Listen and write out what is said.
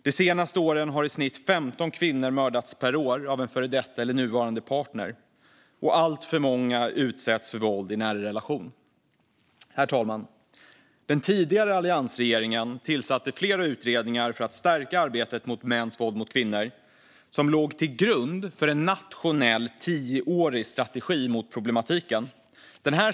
De senaste åren har i snitt 15 kvinnor mördats per år av en före detta eller nuvarande partner. Alltför många utsätts för våld i nära relation. Herr talman! Den tidigare alliansregeringen tillsatte flera utredningar för att stärka arbetet mot mäns våld mot kvinnor, och de låg till grund för en nationell tioårig strategi mot problemen.